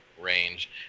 range